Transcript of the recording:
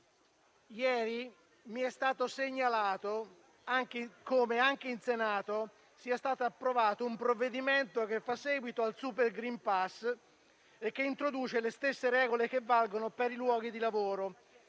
ieri mi è stato segnalato come anche in Senato sia stato approvato un provvedimento che fa seguito al *super green pass* e che introduce le stesse regole che valgono per i luoghi di lavoro: